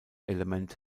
element